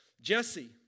Jesse